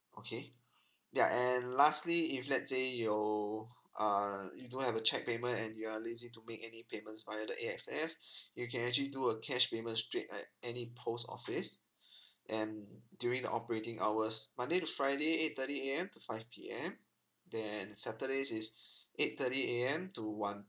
okay ya and lastly if let's say you uh you don't have a cheque payment and you are lazy to make any payments via the a access you can actually do a cash payment straight at any post office and during the operating hours monday to friday eight thirty A_M to five P_M then saturdays it's eight thirty A_M to one